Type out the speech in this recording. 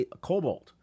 Cobalt